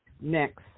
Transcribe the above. Next